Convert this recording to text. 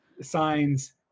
Signs